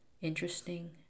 interesting